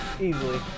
Easily